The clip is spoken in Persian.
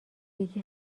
یکی